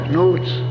notes